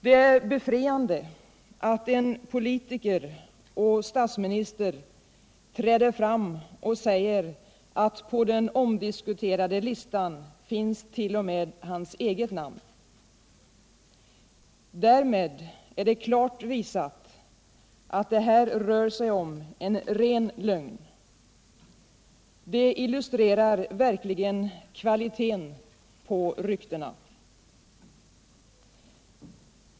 Det är befriande att en politiker och statsminister träder fram och säger, att på den omdiskuterade listan finns t. 0. m. hans eget namn. Därmed är det klart visat att det här rör sig om en ren lögn. Det illustrerar verkligen kvaliteten på ryktena.